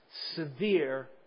severe